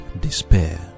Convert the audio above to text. despair